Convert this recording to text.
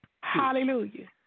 Hallelujah